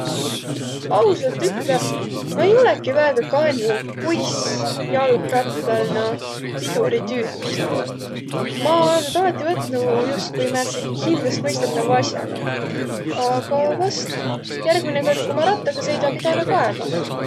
Ku ma nüüd ausalt ütle, ma-i olõki väega kaenuq, kuis jalgrattal naaq piduriq tüütäseq. Ma olõ tuud alati võtnu justkui määntsegi hindästmõistõtava asjana. Aga vast järgmine kõrd, ku ma rattagaq sõida, pidänüq kaema.